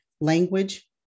Language